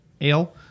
ale